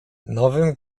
nowym